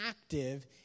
active